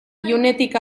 ilunetik